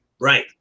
right